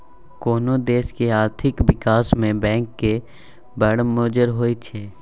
कोनो देशक आर्थिक बिकास मे बैंक केर बड़ मोजर होइ छै